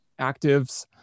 actives